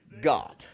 God